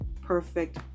perfect